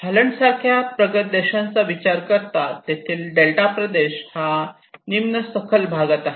Holland सारख्या प्रगत देशांचा विचार करता तेथील डेल्टा प्रदेश हा निम्न सखल भागात आहे